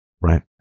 right